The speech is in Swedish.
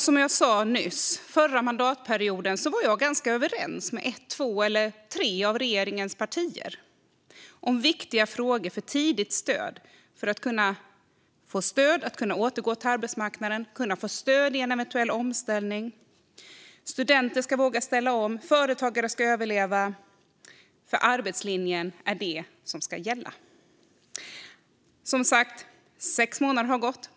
Som jag sa nyss var jag förra mandatperioden ganska överens med ett, två eller tre av regeringens partier om viktiga frågor för tidigt stöd. Det handlar om stöd för att kunna återgå till arbetsmarknaden och kunna få stöd vid en eventuell omställning. Studenter ska kunna ställa om, och företagare ska överleva. Arbetslinjen är det som ska gälla. Sex månader har gått.